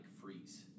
freeze